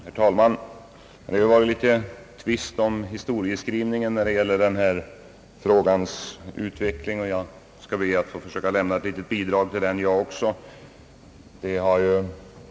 Herr talman! Det har ju varit en tvist här om historieskrivningen och denna frågas utveckling, och även jag skall be att få lämna ett litet bidrag på den punkten.